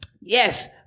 Yes